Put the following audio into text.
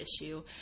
issue